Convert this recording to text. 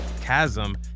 Chasm